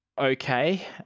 okay